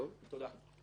תודה.